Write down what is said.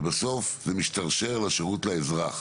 ובסוף זה משתרשר לשירות לאזרח,